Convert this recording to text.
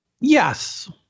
Yes